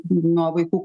nuo vaikų